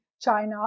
China